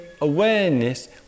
awareness